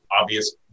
obvious